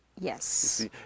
Yes